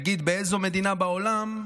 נגיד, באיזו מדינה בעולם,